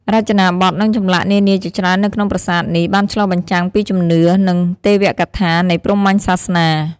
រចនាបថ និងចម្លាក់នានាជាច្រើននៅក្នុងប្រាសាទនេះបានឆ្លុះបញ្ចាំងពីជំនឿ និងទេវកថានៃព្រាហ្មណ៍សាសនា។